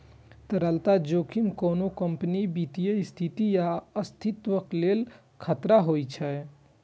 तरलता जोखिम कोनो कंपनीक वित्तीय स्थिति या अस्तित्वक लेल खतरा होइ छै